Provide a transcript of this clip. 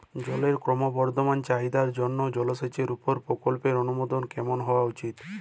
জলের ক্রমবর্ধমান চাহিদার জন্য জলসেচের উপর প্রকল্পের অনুমোদন কেমন হওয়া উচিৎ?